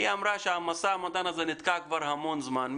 היא אמרה שהמשא ומתן הזה נתקע כבר המון זמן.